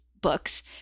books